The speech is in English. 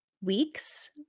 weeks